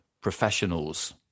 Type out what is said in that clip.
professionals